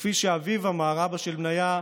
כפי שאביו אמר, אבא של בניה: